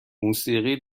موسیقی